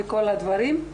וכל הדברים,